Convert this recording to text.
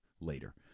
later